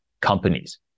companies